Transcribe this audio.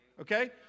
Okay